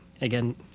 Again